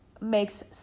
makes